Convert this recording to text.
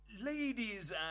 Ladies